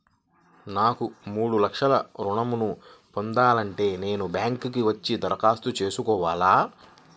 నాకు మూడు లక్షలు ఋణం ను పొందాలంటే నేను బ్యాంక్కి వచ్చి దరఖాస్తు చేసుకోవాలా?